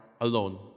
alone